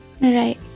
right